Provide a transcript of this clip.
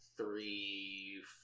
Three